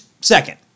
second